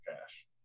cash